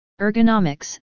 ergonomics